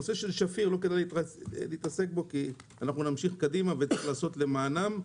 נושא שפיר לא כדאי להתעסק בו כי אנחנו נמשיך קדימה וצריך לעשות למענם.